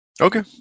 Okay